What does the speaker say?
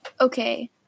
Okay